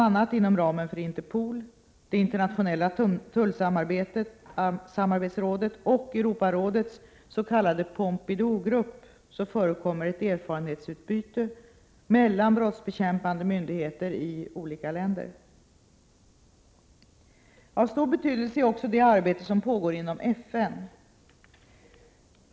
a. inom ramen för Interpol, det internationella tullsamarbetsrådet och Europarådets s.k. Pompidougrupp förekommer erfarenhetsutbyte mellan brottsbekämpande myndigheter i olika länder. Av stor betydelse är också det arbete som pågår inom FN.